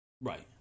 Right